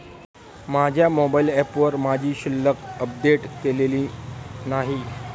माझ्या मोबाइल ऍपवर माझी शिल्लक अपडेट केलेली नाही